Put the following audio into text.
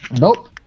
nope